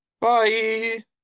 Bye